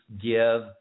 give